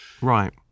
Right